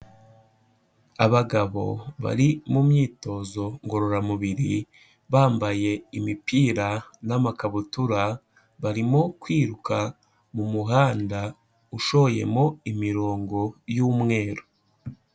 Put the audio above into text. Abagabo bari mu myitozo ngororamubiri bambaye imipira n'amakabutura, barimo kwiruka mu muhanda ushoyemo imirongo y'umweru.